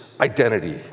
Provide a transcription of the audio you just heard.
identity